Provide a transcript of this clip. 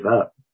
up